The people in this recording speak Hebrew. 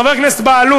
חבר הכנסת בהלול,